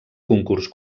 concurs